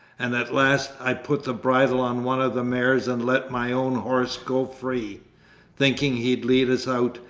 and at last i put the bridle on one of the mares and let my own horse go free thinking he'll lead us out,